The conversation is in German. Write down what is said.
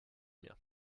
mir